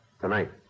Tonight